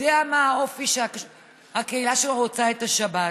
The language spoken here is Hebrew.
יודע מה האופי שהקהילה שלו רוצה לשבת?